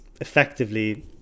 effectively